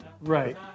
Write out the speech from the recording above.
right